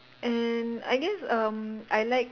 and I guess um I like